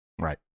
right